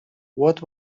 what